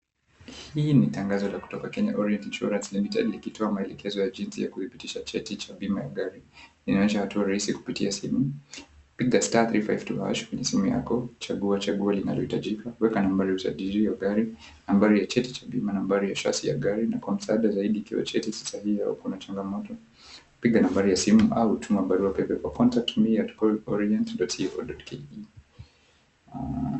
Hii ni tangazo la kutoka Kenya Orient Insurance Limited, likitoa maelekezo ya jinsi ya kudhibitisha cheti cha bima ya gari. Inachukua hatua rahisi kupitia simu. Piga *352# kwenye simu yako. Chagua chaguo linalohitajika. Weka nambari ya usajili ya gari, nambari ya cheti cha bima, nambari ya chasi ya gari na kwa msaada zaidi ikiwa cheti si sahihi au kuna changamoto. Piga nambari ya simu au tuma barua pepe kwa, contact𝑚𝑒@orient.co.ke.